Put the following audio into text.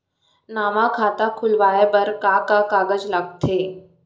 नवा खाता खुलवाए बर का का कागज लगथे?